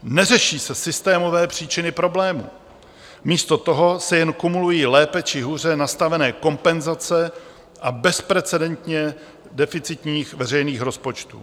Neřeší se systémové příčiny problému, místo toho se jen kumulují lépe či hůře nastavené kompenzace bezprecedentně deficitních veřejných rozpočtů.